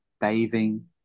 bathing